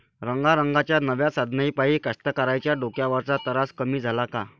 रंगारंगाच्या नव्या साधनाइपाई कास्तकाराइच्या डोक्यावरचा तरास कमी झाला का?